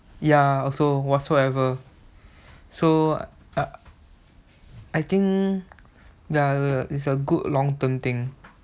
ya also whatsoever so I think ya ya it's a good long term thing